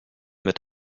mit